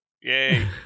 Yay